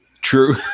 True